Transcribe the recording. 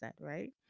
right